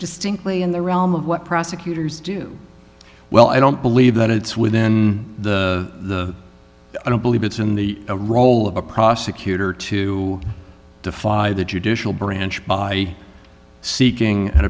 distinctly in the realm of what prosecutors do well i don't believe that it's within the i don't believe it's in the role of a prosecutor to defy the judicial branch by seeking